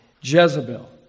Jezebel